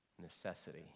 necessity